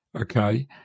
okay